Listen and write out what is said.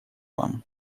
вам